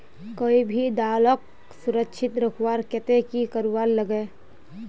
कोई भी दालोक सुरक्षित रखवार केते की करवार लगे?